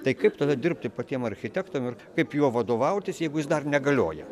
tai kaip tada dirbti patiem architektam ir kaip juo vadovautis jeigu jis dar negalioja